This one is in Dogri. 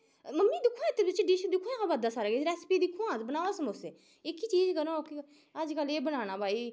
मम्मी दिक्खो हां एह्दे बिच्च डिश दिक्खो हां आवा करदा सारा किश रेसिपी दिक्खो हां ते बनाओ हां समोसे एह्की चीज़ करो ओह्की अज्जकल एह् बनाना भई